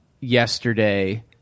Yesterday